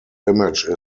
image